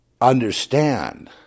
understand